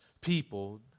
people